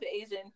Asian